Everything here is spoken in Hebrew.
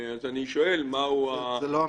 אז אני שואל מה הוא הנוהל,